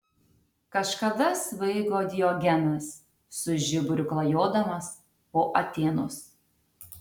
kažkada svaigo diogenas su žiburiu klajodamas po atėnus